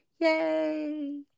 yay